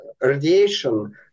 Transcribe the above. radiation